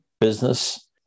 business